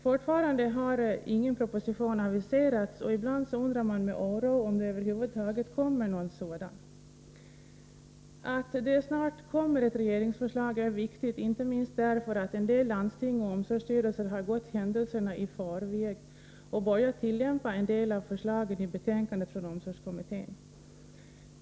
Fortfarande har ingen proposition aviserats, och ibland undrar man med oro om det över huvud taget kommer någon sådan. Att det snart kommer ett regeringsförslag är viktigt, inte minst därför att en del landsting och omsorgsstyrelser har gått händelserna i förväg och börjat tillämpa en del av förslagen i betänkandet från omsorgskommittén.